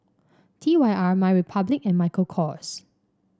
T Y R MyRepublic and Michael Kors